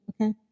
okay